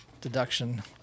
deduction